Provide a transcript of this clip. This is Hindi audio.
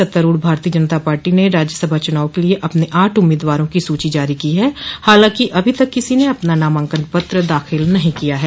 सत्तारूढ़ भारतीय जनता पार्टी न राज्यसभा चुनाव के लिए अपने आठ उम्मीदवारों की सूची जारी की हैं हालांकि अभी तक किसी ने भी अपना नामांकन पत्र दाखिल नहीं किया है